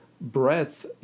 breadth